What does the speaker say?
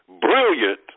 brilliant